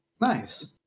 nice